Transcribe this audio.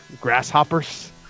Grasshoppers